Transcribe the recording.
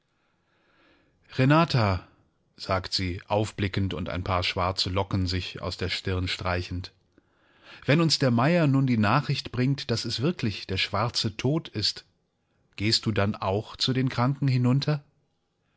renata sagt sie aufblickend und ein paar schwarze locken sich aus der stirn streichend wenn uns der meier nun die nachricht bringt daß es wirklich der schwarze tod ist gehst du dann auch zu den kranken hinunter